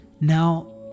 Now